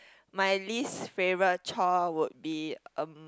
my least favourite chore would be um